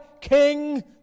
king